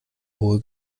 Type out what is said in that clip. hohe